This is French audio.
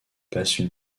passent